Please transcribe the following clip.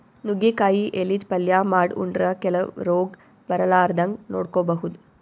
ನುಗ್ಗಿಕಾಯಿ ಎಲಿದ್ ಪಲ್ಯ ಮಾಡ್ ಉಂಡ್ರ ಕೆಲವ್ ರೋಗ್ ಬರಲಾರದಂಗ್ ನೋಡ್ಕೊಬಹುದ್